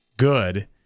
good